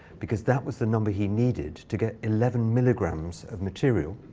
because that was the number he needed to get eleven milligrams of material.